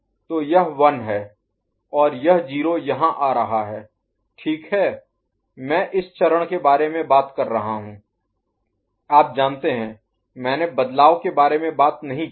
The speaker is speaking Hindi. तो यह 1 है और यह 0 यहाँ आ रहा है ठीक है मैं इस चरण के बारे में बात कर रहा हूं आप जानते हैं मैंने बदलाव के बारे में बात नहीं की है